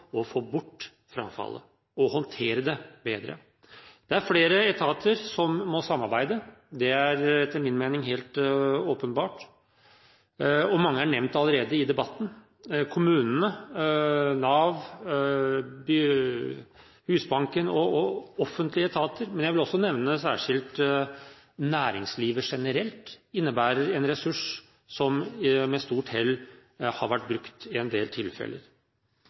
mål, få bort frafallet og håndtere dette bedre. Det er flere etater som må samarbeide – det er etter min mening helt åpenbart. Mange er nevnt allerede i debatten – kommunene, Nav, Husbanken og offentlige etater – men jeg vil også nevne særskilt at næringslivet generelt innebærer en ressurs som med stort hell har vært brukt i en del tilfeller.